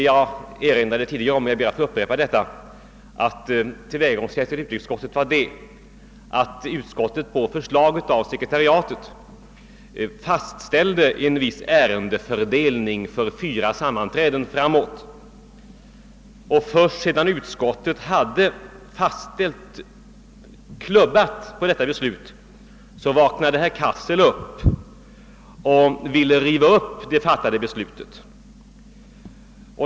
Jag erinrade tidigare om och jag ber att få upprepa att tillvägagångssättet i utrikesutskottet var att utskottet på förslag av sekretariatet fastställde en viss ärendefördelning för fyra sammanträden framåt. Först sedan utskottet hade klubbat detta vaknade herr Cassel till och ville riva upp beslutet.